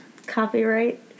Copyright